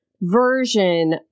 version